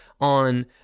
on